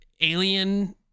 alien